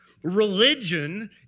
Religion